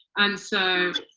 and so,